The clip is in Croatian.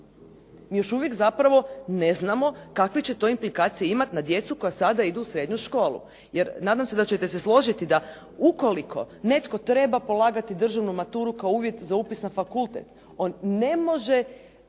Mi još uvijek zapravo ne znamo kakve će to implikacije imati na djecu koja sada idu u srednju školu. Jer nadam se da ćete se složiti da ukoliko netko treba polagati državnu maturu kao uvjet za upis na fakultet on ne može